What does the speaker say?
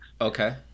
Okay